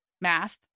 math